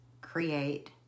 create